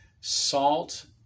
salt